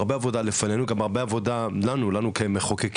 הרבה עבודה לפנינו וגם הרבה עבודה לנו כמחוקקים.